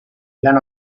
lan